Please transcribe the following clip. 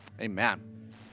Amen